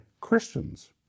Christians